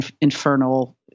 infernal